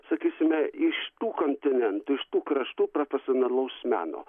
sakysime iš tų kontinentų iš tų kraštų profesionalaus meno